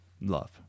love